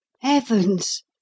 Heaven's